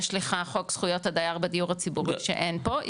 יש לך חוק זכויות הדייר בדיור הציבורי שאין פה,